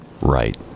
Right